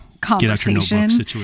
conversation